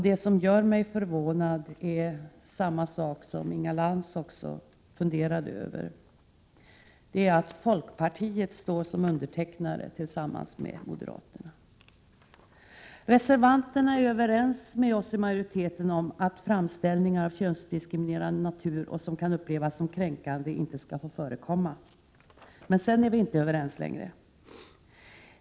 Det som gör mig förvånad är samma sak som Inga Lantz funderade över, nämligen att folkpartiet står som undertecknare tillsammans med moderaterna. Reservanterna är överens med oss i majoriteten om att framställningar av könsdiskriminerande natur och sådana som kan upplevas som kränkande inte skall få förekomma. Men sedan är vi inte överens längre.